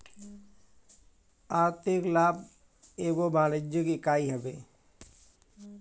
आर्थिक लाभ एगो वाणिज्यिक इकाई हवे